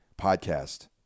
podcast